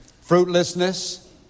fruitlessness